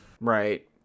Right